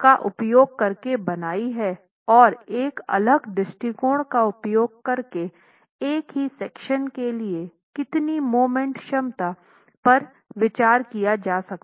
का उपयोग करके बनाई है और एक अलग दृष्टिकोण का उपयोग करके एक ही सेक्शन के लिए कितनी मोमेंट क्षमता पर विचार किया जा सकता है